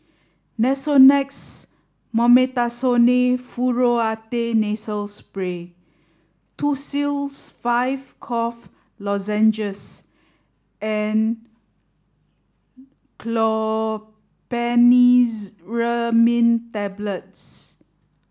Nasonex Mometasone Furoate Nasal Spray Tussils Five Cough Lozenges and Tablets